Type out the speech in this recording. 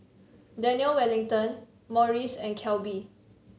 Daniel Wellington Morries and Calbee